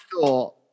thought